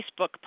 Facebook